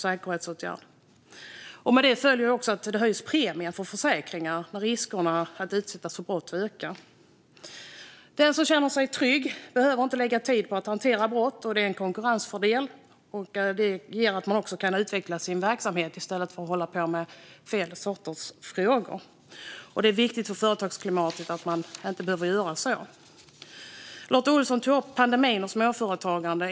Dessutom höjs försäkringspremierna när risken att utsättas för brott ökar. Den som känner sig trygg behöver inte lägga tid på att hantera brott, och det är en konkurrensfördel. Det gör att man kan utveckla sin verksamhet i stället för att hålla på med fel sorters frågor. Det är viktigt för företagsklimatet att man inte behöver göra det. Lotta Olsson tog upp pandemin och småföretagandet.